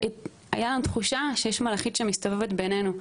תחושה שהייתה מלאכית שמסתובבת בינינו,